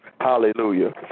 Hallelujah